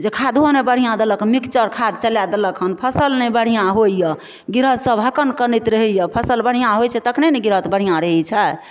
जे खादो नहि बढ़िआँ देलक मिक्सचर खाद चलाए देलक हन फसल नहि बढ़िआँ होइया गृहस्थ सब हक्कन कनैत रहैया फसल बढ़िआँ होइत छै तखने ने गृहस्थ बढ़िआँ रहैत छै